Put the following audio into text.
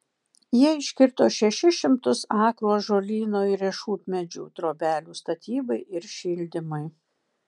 jie iškirto šešis šimtus akrų ąžuolyno ir riešutmedžių trobelių statybai ir šildymui